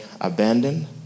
abandoned